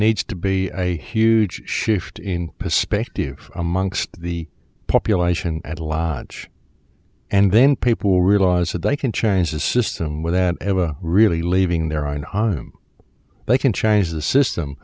needs to be a huge shift in perspective amongst the population at a lot and then people realize that they can change the system without ever really leaving their arnheim they can change the system